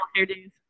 hairdos